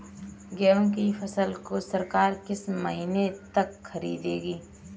गेहूँ की फसल को सरकार किस महीने तक खरीदेगी?